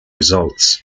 results